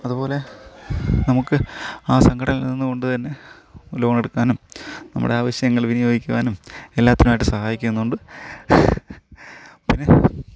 അതുപോലെ നമുക്ക് ആ സംഘടനയിൽ നിന്നുകൊണ്ടുതന്നെ ലോണെടുക്കാനും നമ്മുടെ ആവശ്യങ്ങള് വിനിയോഗിക്കുവാനും എല്ലാത്തിനുമായിട്ട് സഹായിക്കുന്നുണ്ട് പിന്നെ